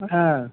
ஆ